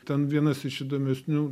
ten vienas iš įdomesnių